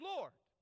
Lord